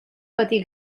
patir